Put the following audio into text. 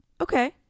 Okay